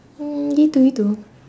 mm gitu gitu